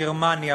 גרמניה,